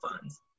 funds